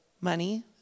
money